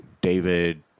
David